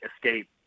escape